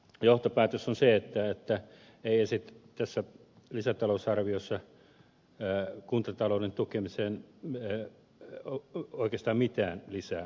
johtopäätös on se että lisätalousarviossa ei esitetä kuntatalouden tukemiseen oikeastaan mitään lisärahaa